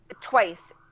Twice